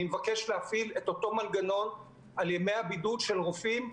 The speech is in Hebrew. אני מבקש להפעיל את אותו מנגנון על ימי הבידוד של רופאים,